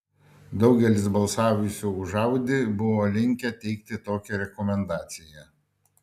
daugelis balsavusių už audi buvo linkę teikti tokią rekomendaciją